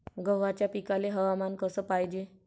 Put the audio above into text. गव्हाच्या पिकाले हवामान कस पायजे?